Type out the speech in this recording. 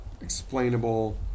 explainable